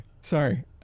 Sorry